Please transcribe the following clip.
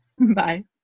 Bye